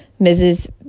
Mrs